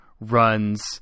runs